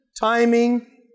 timing